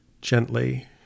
gently